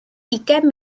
ugain